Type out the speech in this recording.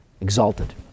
exalted